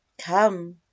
come